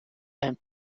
and